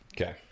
okay